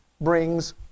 brings